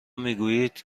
میگوید